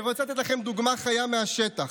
אני רוצה לתת לכם דוגמה חיה מהשטח: